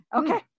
Okay